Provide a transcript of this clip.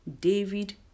David